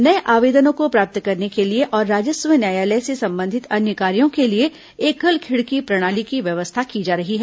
नये आवेदनों को प्राप्त करने के लिए और राजस्व न्यायालय से संबंधित अन्य कार्यो के लिए एकल खिडकी प्रणाली की व्यवस्था की जा रही है